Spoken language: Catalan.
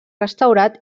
restaurat